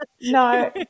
no